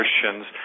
Christians